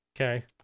Okay